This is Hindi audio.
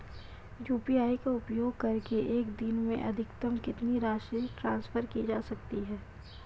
यू.पी.आई का उपयोग करके एक दिन में अधिकतम कितनी राशि ट्रांसफर की जा सकती है?